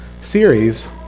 series